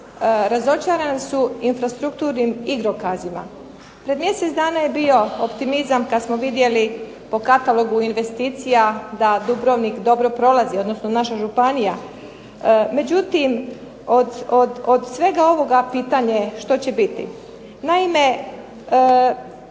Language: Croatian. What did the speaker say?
Razočarani su infrastrukturnim igrokazima. Pred mjesec dana je bio optimizam kad smo vidjeli po katalogu investicija da Dubrovnik dobro prolazi, odnosno naša županija. Međutim, od svega ovoga pitanje što će biti. Naime,